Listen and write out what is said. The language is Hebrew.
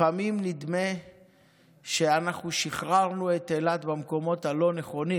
לפעמים נדמה שאנחנו שחררנו את אילת במקומות הלא-נכונים.